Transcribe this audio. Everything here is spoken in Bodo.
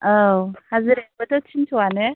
औ हा जोंनाबोथ' थिनस'आनो